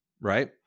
right